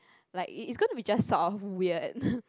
like it it's gonna be just sort of weird